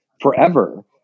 forever